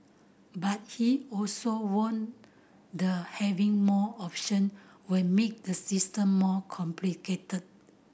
but he also warned the having more option would make the system more complicated